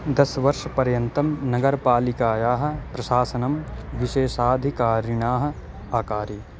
दशवर्षपर्यन्तं नगरपालिकायाः प्रशासनं विशेषाधिकारिणाः आकारी